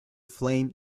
flame